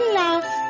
love